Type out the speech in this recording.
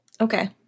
Okay